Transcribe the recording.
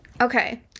Okay